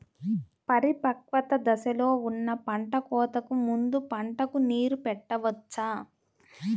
పరిపక్వత దశలో ఉన్న పంట కోతకు ముందు పంటకు నీరు పెట్టవచ్చా?